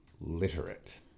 literate